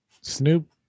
snoop